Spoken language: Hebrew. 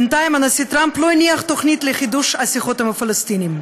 בינתיים הנשיא טרמפ לא הניח תוכנית לחידוש השיחות עם הפלסטינים.